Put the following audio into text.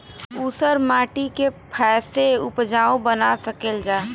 ऊसर माटी के फैसे उपजाऊ बना सकेला जा?